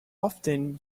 often